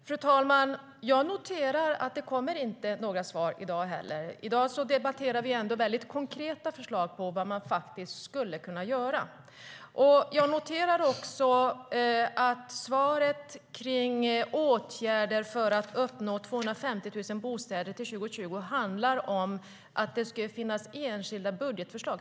Fru talman! Jag noterar att det inte kommer några svar i dag heller. I dag debatterar vi ändå väldigt konkreta förslag på vad man faktiskt skulle kunna göra. Jag noterar också att svaret på frågan om åtgärder för att uppnå 250 000 bostäder till 2020 handlar om att det skulle finnas enskilda budgetförslag.